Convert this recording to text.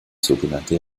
sogenannte